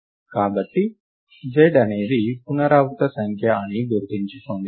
కాబట్టి z అనేది పునరావృత సంఖ్య అని గుర్తుంచుకోండి